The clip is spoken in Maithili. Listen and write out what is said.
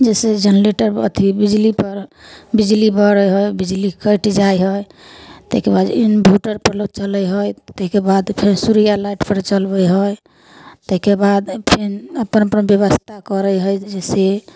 जैसे जनरेटर अथी बिजली पर बिजली बरै है बिजली कटि जाइ है ताहिके बाद इन्भटर पर लोग चलै है ताहिके बाद फेर सूर्य लाइट पर चलबै है ताहिके बाद फेर अपन अपन व्यवस्था करै है जैसे